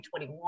2021